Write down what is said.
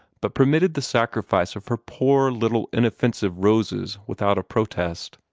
but permitted the sacrifice of her poor little inoffensive roses without a protest.